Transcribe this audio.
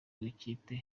w’ikipe